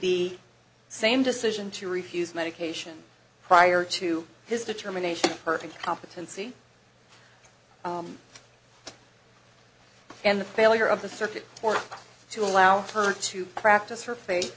the same decision to refuse medication prior to his determination perfect competency and the failure of the circuit court to allow her to practice her fa